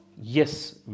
Yes